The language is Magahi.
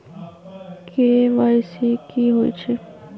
के.वाई.सी कि होई छई?